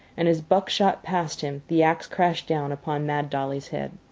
and as buck shot past him the axe crashed down upon mad dolly's head.